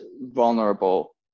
vulnerable